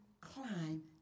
climb